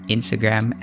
Instagram